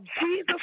Jesus